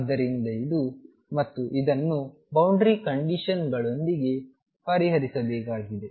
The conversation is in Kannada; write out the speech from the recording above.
ಆದ್ದರಿಂದ ಇದು ಮತ್ತು ಇದನ್ನು ಬೌಂಡರಿ ಕಂಡೀಶನ್ಗಳೊಂದಿಗೆ ಪರಿಹರಿಸಬೇಕಾಗಿದೆ